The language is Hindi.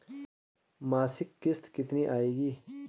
मासिक किश्त कितनी आएगी?